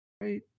right